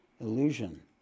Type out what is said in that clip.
illusion